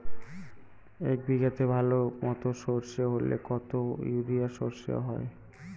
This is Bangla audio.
এক বিঘাতে ভালো মতো সর্ষে হলে কত ইউরিয়া সর্ষে হয়?